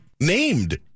named